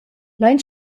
lein